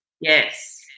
Yes